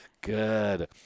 good